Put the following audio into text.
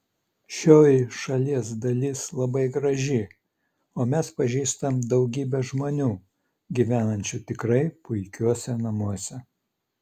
šioji šalies dalis labai graži o mes pažįstam daugybę žmonių gyvenančių tikrai puikiuose namuose